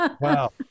Wow